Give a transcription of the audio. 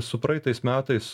su praeitais metais